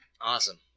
Awesome